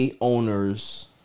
owners